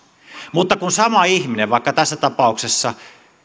mutta kun sama ihminen vaikka tässä tapauksessa